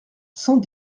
cent